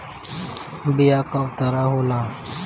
बीया कव तरह क होला?